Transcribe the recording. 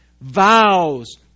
vows